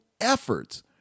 efforts